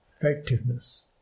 effectiveness